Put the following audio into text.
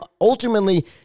ultimately